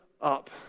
up